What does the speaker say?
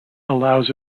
allows